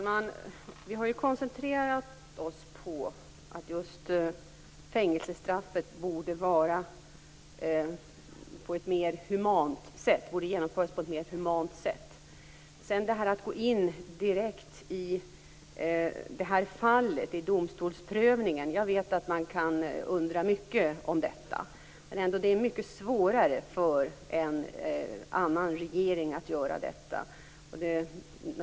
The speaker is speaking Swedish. Fru talman! Vi har koncentrerat oss på att fängelsestraffet borde genomföras på ett mer humant sätt. Att gå in direkt i det här fallet och domstolsprövningen vet jag att man kan undra mycket över. Det är mycket svårare för en annan regering att göra det.